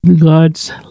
God's